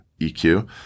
EQ